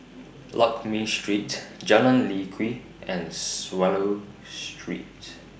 Lakme Street Jalan Lye Kwee and Swallow Street